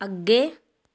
ਅੱਗੇ